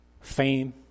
fame